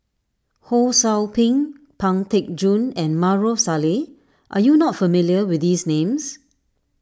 Ho Sou Ping Pang Teck Joon and Maarof Salleh are you not familiar with these names